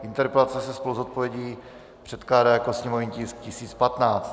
Interpelace se spolu s odpovědí předkládá jako sněmovní tisk 1015.